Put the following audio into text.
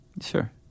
Sure